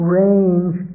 range